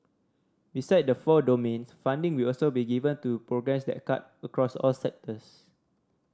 besides the four domains funding will also be given to programmes that cut across all sectors